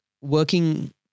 working